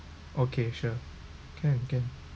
okay sure can can